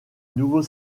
nouveau